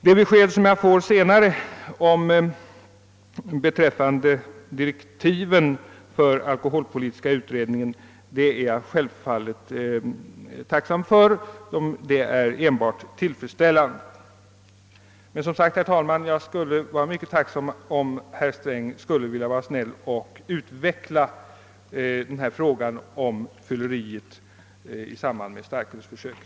Det besked som jag sedan fick beträffande direktiven för alkoholpolitiska utredningen är jag självfallet glad över; det är enbart tillfredsställande. Som sagt, herr talman, jag skulle vara mycket tacksam om herr Sträng ville ha vänligheten att utveckla frågan om fylleriet i samband med starkölsförsöket.